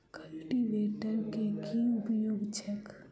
Cultivator केँ की उपयोग छैक?